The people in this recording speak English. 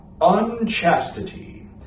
Unchastity